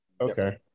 Okay